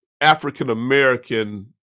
African-American